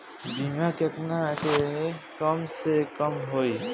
बीमा केतना के कम से कम होई?